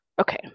Okay